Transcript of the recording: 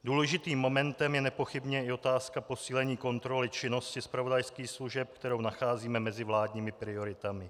Důležitým momentem je nepochybně i otázka posílení kontroly činnosti zpravodajských služeb, kterou nacházíme mezi vládními prioritami.